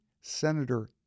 Senator